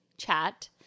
chat